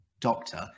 doctor